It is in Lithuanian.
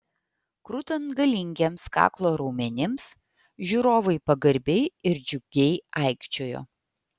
krutant galingiems kaklo raumenims žiūrovai pagarbiai ir džiugiai aikčiojo